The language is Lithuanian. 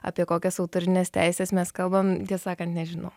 apie kokias autorines teises mes kalbam tiesą sakant nežinau